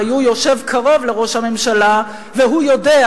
הרי הוא יושב קרוב לראש הממשלה והוא יודע